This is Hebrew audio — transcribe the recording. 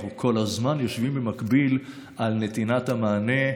ואנחנו כל הזמן יושבים במקביל על נתינת המענה.